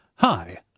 Hi